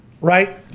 right